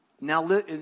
Now